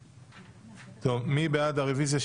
טוב, מי בעד הרביזיה?